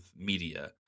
media